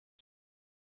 ବସରେ ଯିବୁ